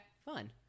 Fun